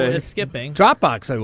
ah it's skipping. dropbox, i